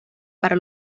para